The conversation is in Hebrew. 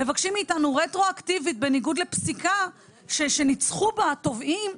מבקשים מאיתנו רטרואקטיבית בניגוד לפסיקה שניצחו בה התובעים,